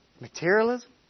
Materialism